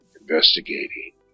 investigating